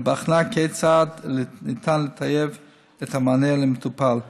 ובחנה כיצד ניתן לטייב את המענה למטופל.